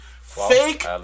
fake